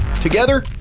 Together